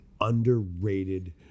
underrated